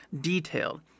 detailed